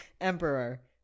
Emperor